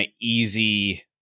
easy